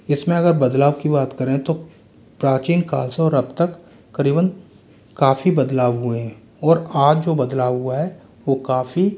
इसमें अगर बदलाव की बात करें तो प्राचीन काल से और अब तक करीबन काफी बदलाव हुए हैं और आज जो बदलाव हुआ है वो काफी